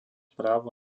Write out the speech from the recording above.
právo